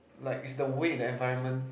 like it's the way that environment